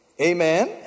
Amen